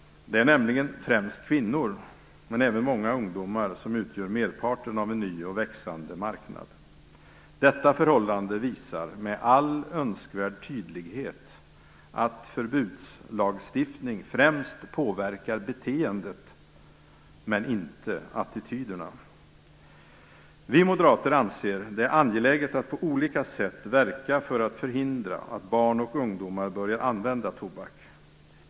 Det är nämligen främst kvinnor, men även många ungdomar, som utgör merparten av en ny och växande marknad. Detta förhållande visar med all önskvärd tydlighet att förbudslagstiftning främst påverkar beteendet och inte attityderna. Vi moderater anser att det är angeläget att på olika sätt verka för att förhindra att barn och ungdomar börjar använda tobak.